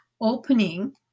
opening